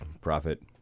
profit